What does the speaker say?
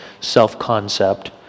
self-concept